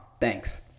Thanks